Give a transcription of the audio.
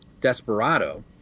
Desperado